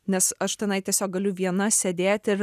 nes aš tenai tiesiog galiu viena sėdėt ir